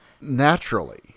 Naturally